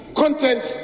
content